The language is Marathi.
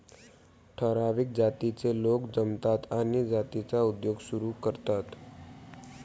ठराविक जातीचे लोक जमतात आणि जातीचा उद्योग सुरू करतात